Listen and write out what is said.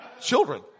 Children